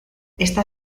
esta